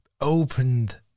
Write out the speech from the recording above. opened